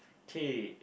okay